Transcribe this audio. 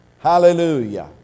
Hallelujah